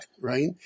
right